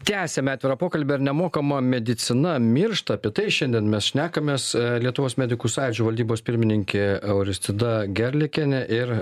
tęsiame atvirą pokalbį ar nemokama medicina miršta apie tai šiandien mes šnekamės lietuvos medikų sąjūdžio valdybos pirmininkė euristida gerlikienė ir